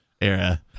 era